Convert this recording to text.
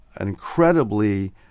incredibly